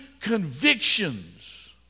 convictions